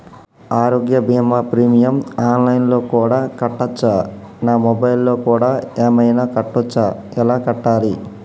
ఆరోగ్య బీమా premium online లో కూడా కట్టచ్చా? నా మొబైల్లో కూడా ఏమైనా కట్టొచ్చా? ఎలా కట్టాలి?